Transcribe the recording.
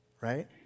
Right